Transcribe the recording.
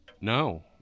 No